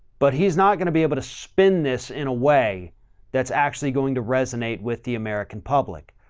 but he's not going to be able to spin this in a way that's actually going to resonate with the american public.